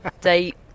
date